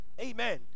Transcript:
Amen